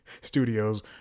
studios